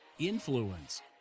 Influence